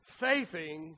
Faithing